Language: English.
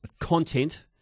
content